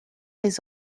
les